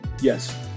Yes